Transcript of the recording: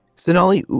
sonali,